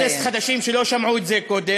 יש חברי כנסת חדשים שלא שמעו את זה קודם.